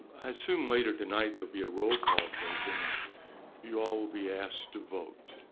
i assume later tonight there'll be a role call taken and you all will be asked to vote.